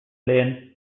lynn